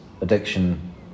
addiction